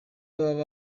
babiri